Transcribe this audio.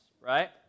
right